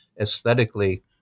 aesthetically